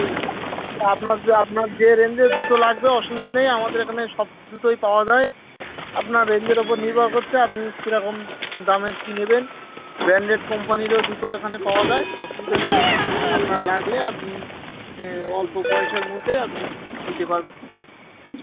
আপনার যে আপনার যে রেঞ্জের জুতো লাগবে অসুবিধা নেই আমাদের এখানে সব জুতোই পাওয়া যায় আপনার রেঞ্জের ওপর নির্ভর করছে আপনি কিরকম দামের কী নেবেন ব্র্যান্ডেড কোম্পানিরও জুতো এখানে পাওয়া যায় অসুবিধা নেই আপনার লাগলে আপনি অল্প পয়সার মধ্যে আপনি নিতে পারবেন কোনো অসুবিধা নেই